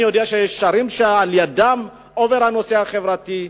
אני יודע שיש שרים שעל-ידם עובר הנושא החברתי.